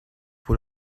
pour